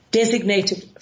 designated